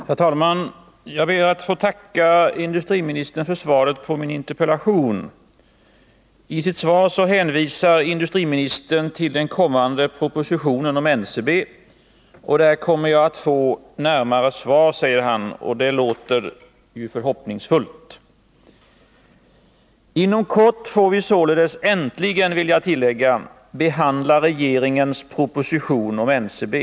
Herr talman! Jag ber att få tacka industriministern för svaret på min interpellation. I sitt svar hänvisar industriministern till den kommande propositionen om NCB. Där kommer jag att få närmare svar, säger han, och det låter ju förhoppningsfullt. Inom kort får vi således — äntligen, vill jag tillägga — behandla regeringens proposition om NCB.